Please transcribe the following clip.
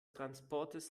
transportes